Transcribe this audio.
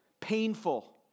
painful